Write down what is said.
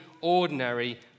ordinary